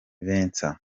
vincent